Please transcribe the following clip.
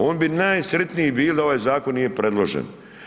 On bi najsretniji bili da ovaj zakon nije predložen.